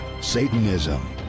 Satanism